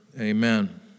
Amen